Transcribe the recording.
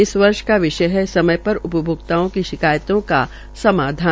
इस वर्ष का विषय है समय पर उपभोक्ताओं की शिकायतों की समाधान